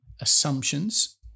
assumptions